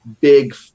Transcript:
big